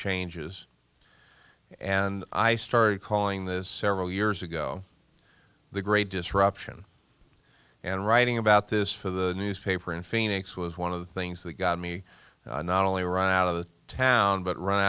changes and i started calling this several years ago the great disruption and writing about this for the newspaper in phoenix was one of the things that got me not only run out of town but run